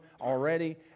already